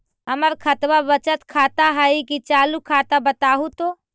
हमर खतबा बचत खाता हइ कि चालु खाता, बताहु तो?